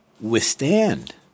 withstand